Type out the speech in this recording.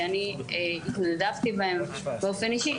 שאני התנדבתי בהן באופן אישי,